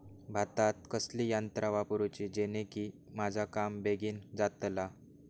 भातात कसली यांत्रा वापरुची जेनेकी माझा काम बेगीन जातला?